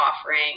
offering